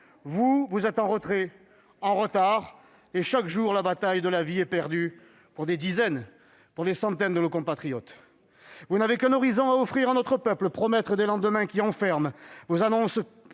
Vous, vous êtes en retrait, en retard, et chaque jour la bataille de la vie est perdue pour des dizaines, voire des centaines de nos compatriotes. Vous n'avez qu'un horizon à offrir à notre peuple : promettre des lendemains qui enferment ! Vos annonces